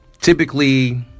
Typically